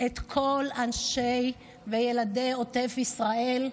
את כל אנשי וילדי עוטף ישראל,